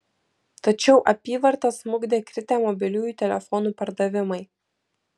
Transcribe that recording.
tačiau apyvartą smukdė kritę mobiliųjų telefonų pardavimai